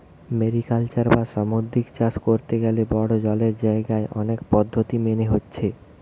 mariculture বা সামুদ্রিক চাষ কোরতে গ্যালে বড়ো জলের জাগায় অনেক পদ্ধোতি মেনে হচ্ছে